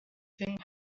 thing